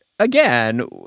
Again